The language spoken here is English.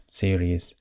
series